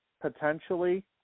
potentially